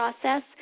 process